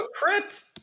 crit